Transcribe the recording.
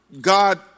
God